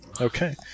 Okay